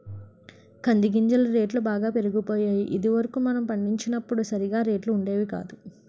కంది గింజల రేట్లు బాగా పెరిగిపోయాయి ఇది వరకు మనం పండించినప్పుడు సరిగా రేట్లు ఉండేవి కాదు